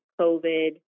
COVID